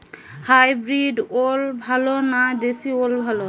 Hybrid ওল ভালো না দেশী ওল ভাল?